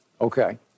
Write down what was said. Okay